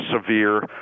severe